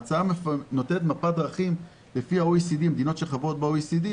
ההצעה נותנת מפת דרכים לפי מדינות שחברות ב-OECD,